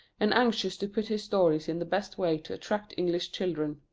and anxious to put his stories in the best way to attract english children.